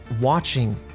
watching